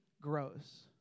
grows